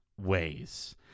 ways